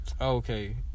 Okay